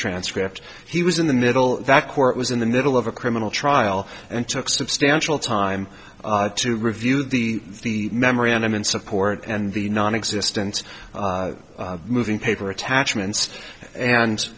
transcript he was in the middle that court was in the middle of a criminal trial and took substantial time to review the memorandum in support and the nonexistent moving paper attachments and